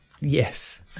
Yes